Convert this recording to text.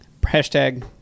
hashtag